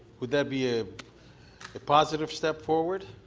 would that be a positive step forward?